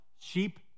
sheep